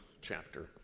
chapter